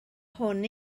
hwn